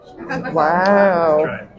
Wow